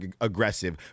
aggressive